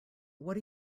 what